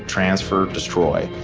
transfer, destroy